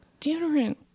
Deodorant